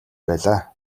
байлаа